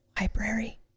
library